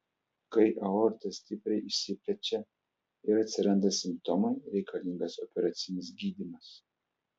kai aorta stipriai išsiplečia ir atsiranda simptomai reikalingas operacinis gydymas